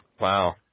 Wow